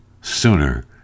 sooner